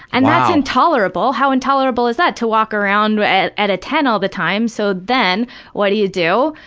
and that's intolerable. how intolerable is that? to walk around at at a ten all the time so then what do you do?